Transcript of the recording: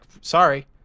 sorry